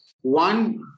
One